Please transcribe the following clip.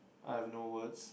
I have no words